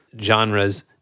genres